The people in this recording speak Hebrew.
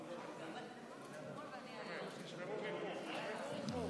חברות וחברי הכנסת, להלן תוצאות ההצבעה,